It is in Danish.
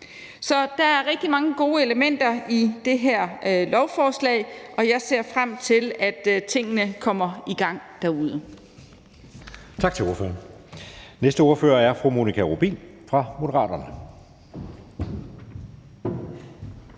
Så der er rigtig mange gode elementer i det her lovforslag, og jeg ser frem til, at tingene kommer i gang derude.